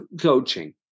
coaching